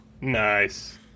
Nice